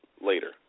later